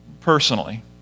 personally